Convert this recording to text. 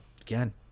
again